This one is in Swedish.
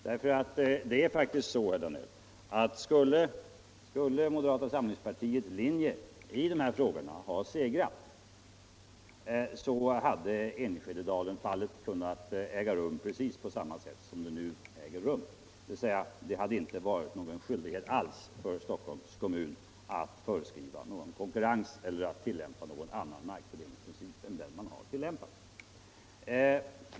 Det är nämligen så, herr Danell, att om moderata samlingspartiets linje i dessa frågor hade segrat, så hade fallet Enskededalen kunnat se ut precis som det nu gör, dvs. det hade inte funnits någon skyldighet alls för Stockholms kommun att föreskriva konkurrens eller att tillämpa någon annan markfördelningsprincip än den som man nu har tillämpat.